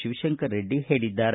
ಶಿವಶಂಕರ ರೆಡ್ಡಿ ಹೇಳಿದ್ದಾರೆ